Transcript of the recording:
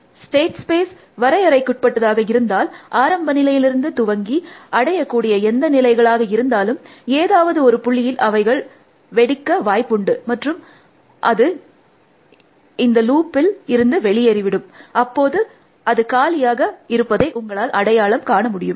state space வரையறைக்குட்பட்டதாக இருந்தால் ஆரம்ப நிலையிலிருந்து துவங்கி அடையக்கூடிய எந்த நிலைகளாக இருந்தாலும் ஏதாவது ஒரு புள்ளியில் அவைகள் வெடிக்க வாய்ப்புண்டு மற்றும் அது இந்து லூப்பில் இருந்து வெளியேறிவிடும் அப்போது அது காலியாக இருப்பதை உங்களால் அடையாளம் காண முடியும்